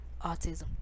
autism